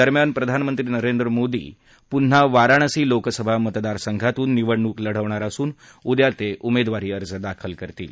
दरम्यान प्रधानमंत्री नरेंद्र मोदी पुन्हा वाराणसी लोकसभा मतदारसंघातून निवडणूक लढवणार असून उद्या ते उमेदवारी अर्ज दाखल करणार आहेत